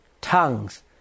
tongues